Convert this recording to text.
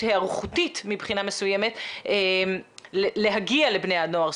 היערכותית מבחינה מסוימת להגיע לבני הנוער.